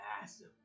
massive